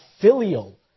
filial